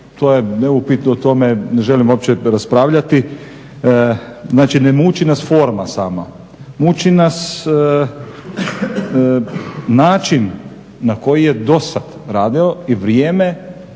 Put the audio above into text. to je neupitno, o tome ne želim uopće raspravljati. Znači ne muči nas forma sama, muči nas način na koji je dosad radio i vrijeme